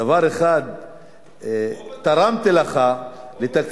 דבר אחד תרמתי לך לתקציבך,